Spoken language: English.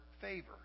favor